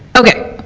okay.